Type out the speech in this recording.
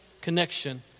connection